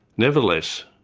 nevertheless,